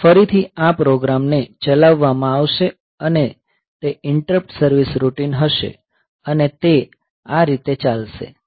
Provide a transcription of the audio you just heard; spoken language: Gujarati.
ફરીથી આ પ્રોગ્રામ ને ચલાવવા માં આવશે અને તે આ ઈન્ટરપ્ટ સર્વીસ રૂટિન હશે અને તે આ રીતે ચાલશે